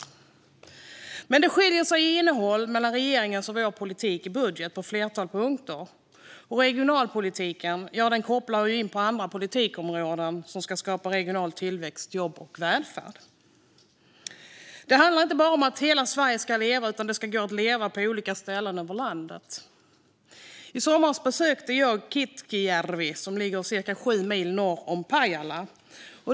Men innehållet skiljer sig mellan regeringens och vår politik i budgeten på ett flertal punkter. Regionalpolitiken kopplar ju också in på andra politikområden som ska skapa regional tillväxt, jobb och välfärd. Det handlar inte bara om att hela Sverige ska leva, utan det ska gå att leva på olika ställen över landet. I somras besökte jag Kitkiöjärvi, som ligger ca 7 mil norr om Pajala.